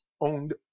owned